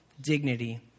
dignity